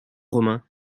romains